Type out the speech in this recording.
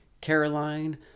Caroline